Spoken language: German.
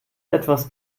etwas